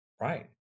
Right